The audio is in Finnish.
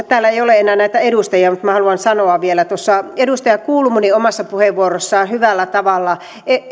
täällä ei ole enää näitä edustajia mutta minä haluan sanoa vielä edustaja kulmuni omassa puheenvuorossaan hyvällä tavalla